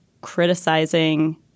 criticizing –